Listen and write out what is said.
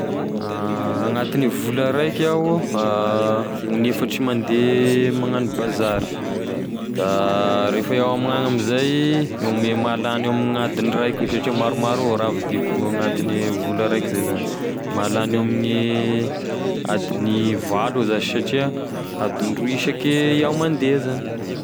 Agnatine vola raiky iaho, onefatry mandeha magnano bazary, da ref iaho amignagny mizay mety mahalany eo amin'ny adiny raika eo satria maromaro avao e raha vidiko agnatine vola raiky zay zany mahalany eo ame adiny valo satria adiny roy isaky zaho mande zany.